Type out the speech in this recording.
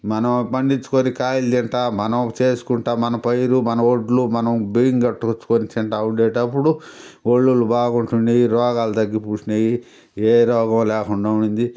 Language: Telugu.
మనం పండించుకొని కాయలు తింటా మనం చేసుకుంటా మన పైరు మన వొడ్లు మనం బియ్యం గట్ట వొంచుకొని తినేటప్పుడు వొళ్ళులు బాగుంటున్నాయి రోగాలు తగ్గి పూడ్చినాయి ఏ రోగం లేకుండా ఉన్నింది